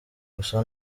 gusa